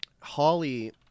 Holly